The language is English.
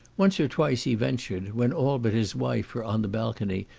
once or twice he ventured, when all but his wife were on the balcony,